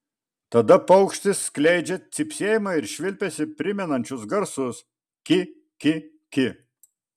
tada paukštis skleidžia cypsėjimą ir švilpesį primenančius garsus ki ki ki